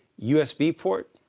usb port,